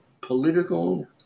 political